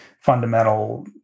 fundamental